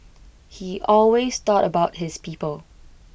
he always thought about his people